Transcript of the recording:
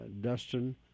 dustin